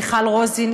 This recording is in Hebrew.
מיכל רוזין,